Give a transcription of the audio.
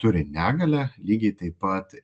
turi negalią lygiai taip pat